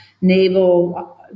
Naval